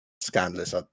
scandalous